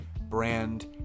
brand